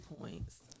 points